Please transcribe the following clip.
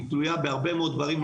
היא תלויה בהרבה מאוד דברים נוספים,